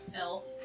elf